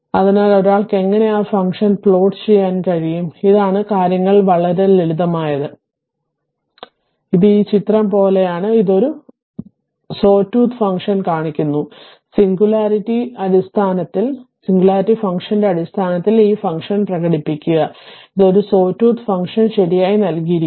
അതിനാൽ ഒരാൾക്ക് എങ്ങനെ ആ ഫംഗ്ഷൻ പ്ലോട്ട് ചെയ്യാൻ കഴിയും ഇതാണ് കാര്യങ്ങൾ വളരെ ലളിതമാണ് ഇത് ഈ ചിത്രം പോലെയാണ് ഇത് ഒരു സ്ടൂത്ത് ഫംഗ്ഷൻ കാണിക്കുന്നു സിംഗുലാരിറ്റി ഫംഗ്ഷന്റെ അടിസ്ഥാനത്തിൽ ഈ ഫംഗ്ഷൻ പ്രകടിപ്പിക്കുക ഇത് ഒരു സ്ടൂത്ത് ഫംഗ്ഷൻ ശരിയായി നൽകിയിരിക്കുന്നു